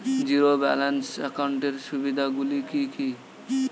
Zero balance একাউন্টের সুবিধা গুলি কি কি?